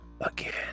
Again